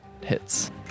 hits